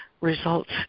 results